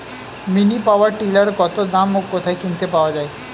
Mini power tiller কত দাম ও কোথায় কিনতে পাওয়া যায়?